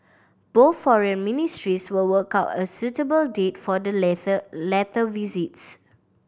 both foreign ministries will work out a suitable date for the latter visits